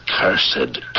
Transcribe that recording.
cursed